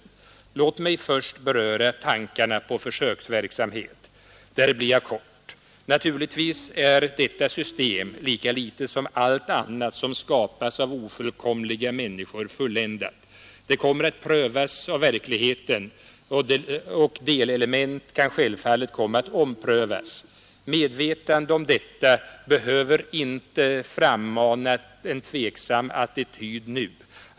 Ri sdagen OS Låt mig först beröra tankarna på försöksverksamhet. Där fattar jag försvarsplaneringen mig kort. Naturligtvis är detta system lika litet som allt annat som skapats av ofullkomliga människor fulländat. Det kommer att prövas av verkligheten och delelement kan självfallet komma att omprövas. Medvetandet om detta behöver inte frammana en tveksam attityd nu.